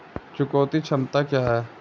चुकौती क्षमता क्या है?